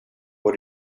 what